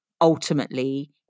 ultimately